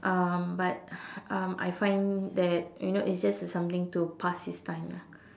um but um I find that you know it's just something to pass his time lah